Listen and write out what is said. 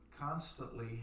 constantly